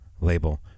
label